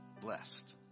blessed